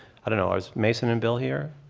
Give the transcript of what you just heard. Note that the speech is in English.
i don't know, is mason and bill here?